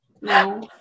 no